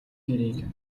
гэрийг